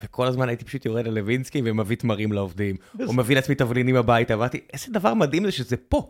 וכל הזמן הייתי פשוט יורד ללווינסקי ומביא תמרים לעובדים, או מביא לעצמי תבלינים הביתה, ואוףמרתי, איזה דבר מדהים זה שזה פה.